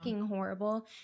Horrible